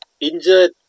injured